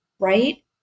right